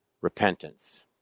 Repentance